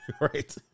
Right